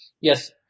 Yes